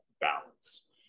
balance